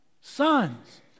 sons